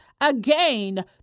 again